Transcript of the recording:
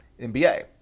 NBA